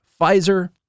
Pfizer